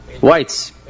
Whites